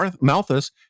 Malthus